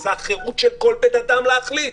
וזו החירות של כל אדם להחליט.